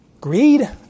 Greed